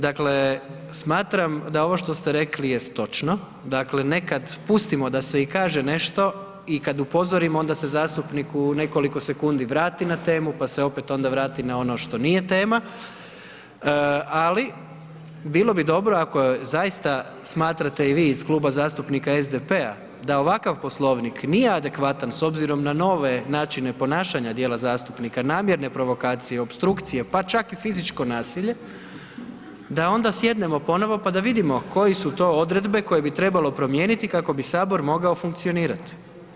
Dakle, smatram da ovo što ste rekli jest točno, dakle nekad pustimo da se i kaže nešto i kad upozorimo onda se zastupnik u nekoliko sekundi vrati na temu, pa se opet onda vrati na ono što nije tema, ali bilo bi dobro ako zaista smatrate i vi iz Kluba zastupnika SDP-a da ovakav Poslovnik nije adekvatan s obzirom na nove načine ponašanja dijela zastupnika, namjerne provokacije, opstrukcije, pa čak i fizičko nasilje da onda sjednemo ponovo, pa da vidimo koje su to odredbe koje bi trebalo promijeniti kako bi sabor mogao funkcionirati.